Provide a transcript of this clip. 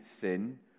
sin